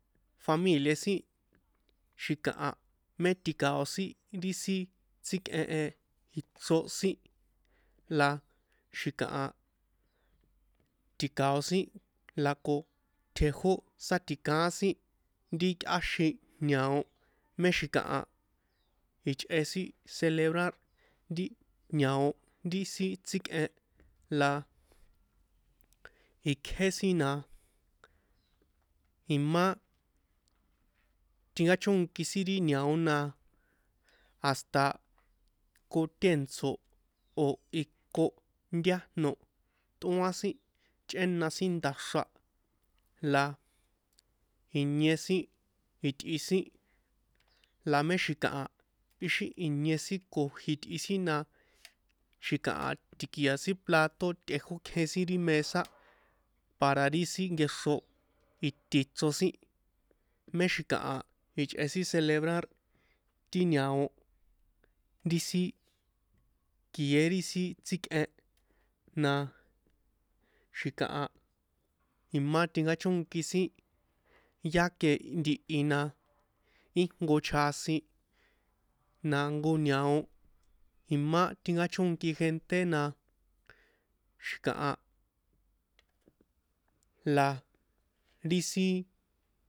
Familia sin xi̱kaha mé ti̱kao̱ sin ri sin tsíkꞌen e ichro sin la xi̱kaha ti̱kao̱ sin la ko tjejó sátikaán sin ti yꞌáxin ñao mé xi̱kaha ichꞌe sin celebrar ri ñao ri sin tsíkꞌen la ikjé sin na imá tinkáchónki sin ri ñao a na hasta kotèntso̱ o̱ iko kontájno tꞌóan sin chꞌéna sin nda̱xra inie sin itꞌi sin la mé xi̱kaha ixi inie sin ko jitꞌi sin na xi̱kaha ti̱kia̱ sin plato tejókjen sin ri mesa para ri sin nkexro iti chro sin mé xi̱kaha ichꞌe sin celebrar ti ñao ri sin kié ri sin tsíkꞌen na xi̱kaha imá tinkáchónki sin ya ke ntihi na íjnko chjasin na jnko ñao imá tinkáchónki gente na xi̱kaha la ri sin.